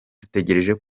dutegereje